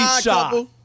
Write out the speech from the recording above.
shot